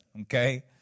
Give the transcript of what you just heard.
okay